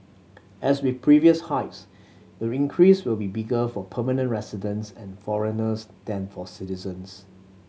as with previous hikes the increase will be bigger for permanent residents and foreigners than for citizens